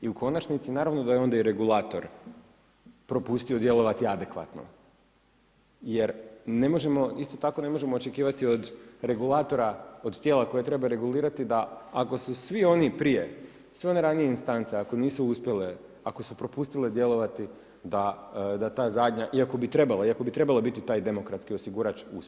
I u konačnici naravno da je onda i regulator propustio djelovati adekvatno jer isto tako ne možemo očekivati od regulator, od tijela koje treba regulirati da ako su svi oni prije, sve one ranije instance, ako nisu uspjele, ako su propustili djelovati da ta zadnja, iako bi trebala, iako bi trebala biti taj demokratski osigurač, uspije.